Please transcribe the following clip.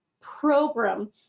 program